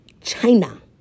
China